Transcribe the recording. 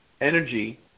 energy